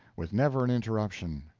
with never an interruption,